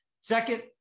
Second